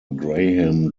graham